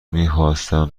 میخواستم